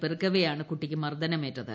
പെറുക്കവെയാണ് കുട്ടിക്ക് മർദനേറ്റത്